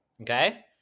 okay